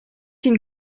une